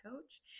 coach